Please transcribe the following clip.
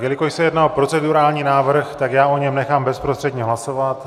Jelikož se jedná o procedurální návrh, tak já o něm nechám bezprostředně hlasovat.